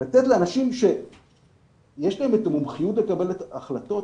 לתת לאנשים שיש להם המומחיות לקבל את ההחלטות,